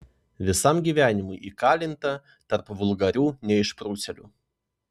visam gyvenimui įkalinta tarp vulgarių neišprusėlių